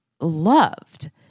loved